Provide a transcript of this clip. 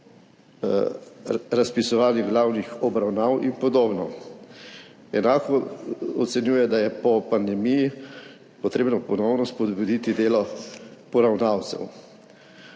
razpisovanju glavnih obravnav in podobno. Enako ocenjuje, da je po pandemiji potrebno ponovno spodbuditi delo poravnalcev.